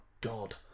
God